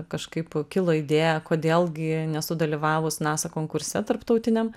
kažkaip kilo idėja kodėl gi nesudalyvavus nasa konkurse tarptautiniam